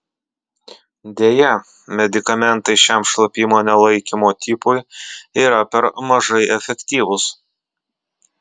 deja medikamentai šiam šlapimo nelaikymo tipui yra per mažai efektyvūs